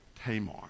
Tamar